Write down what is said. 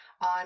on